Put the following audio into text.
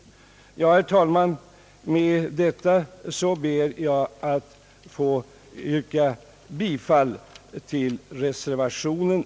Herr talman! Med det anförda ber jag att få yrka bifall till reservationerna.